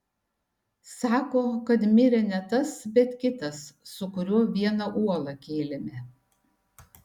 sako kad mirė ne tas bet kitas su kuriuo vieną uolą kėlėme